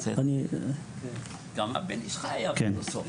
גם הבן איש חי היה פילוסוף.